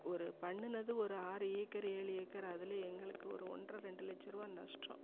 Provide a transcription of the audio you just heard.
ஒரு பண்ணிணது ஒரு ஆறு ஏக்கரு ஏழு ஏக்கரு அதில் எங்களுக்கு ஒரு ஒன்றரை ரெண்டு லட்சம் ருபா நஷ்டம்